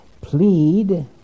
Plead